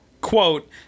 quote